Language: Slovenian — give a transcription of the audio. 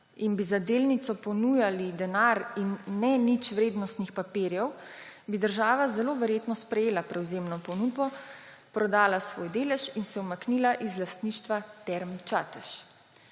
in bi za delnico ponujali denar in ne ničvrednih papirjev, bi država zelo verjetno sprejela prevzemno ponudbo, prodala svoj delež in se umaknila iz lastništva Term Čatež.«